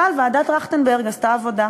אבל ועדת טרכטנברג עשתה עבודה,